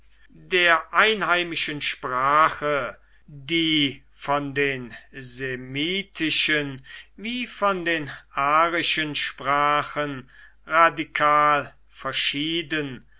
der einheimischen sprache die von den semitischen wie von den arischen sprachen radikal verschieden